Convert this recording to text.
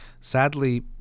Sadly